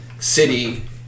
city